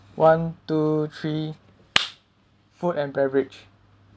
one two three food and beverage